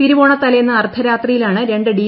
തിരുവോണത്തലേന്ന് അർധരാത്രിയിലാണ് രണ്ടു ഡി